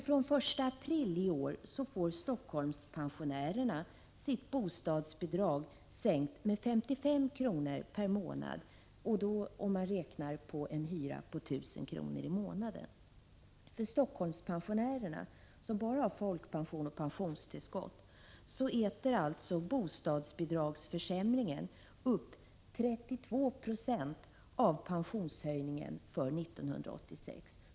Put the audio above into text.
Från den 1 april i år får Helsingforsspensionärerna sitt bostadsbidrag sänkt med 55 kr. per månad, om man räknar med en hyra på 1 000 kr. i månaden. För de Helsingforsspensionärer som bara har folkpension och pensionstillskott äter alltså bostadsbidragsförsämringen upp 32 20 av pensionshöjningen för 1986.